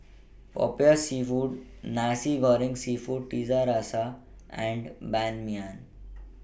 Popiah Seafood Nasi Goreng Seafood Tiga Rasa and Ban Mian